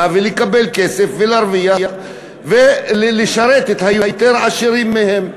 ולקבל כסף ולהרוויח ולשרת את היותר-עשירים מהם.